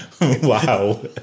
Wow